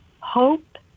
hope